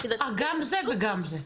גם זה וגם זה.